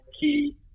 key